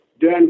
done